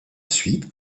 suite